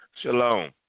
shalom